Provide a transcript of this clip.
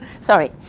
Sorry